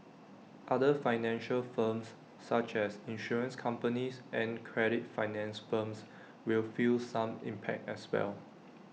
other financial firms such as insurance companies and credit finance firms will feel some impact as well